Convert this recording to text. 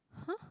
!huh!